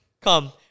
Come